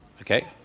Okay